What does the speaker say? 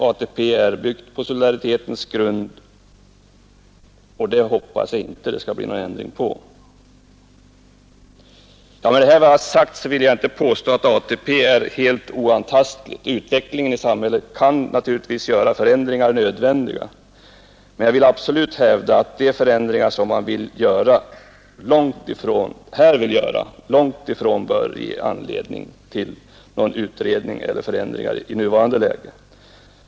ATP är byggt på solidaritetens grund, och jag hoppas att det inte skall bli någon ändring i detta. Med vad jag här har sagt vill jag inte påstå att ATP är helt oantastligt. Utvecklingen i samhället kan naturligtvis göra förändringar nödvändiga. Men jag vill absolut hävda att de förändringar som man här vill åstadkomma långtifrån bör ge anledning till någon utredning eller förslag i nuvarande läge.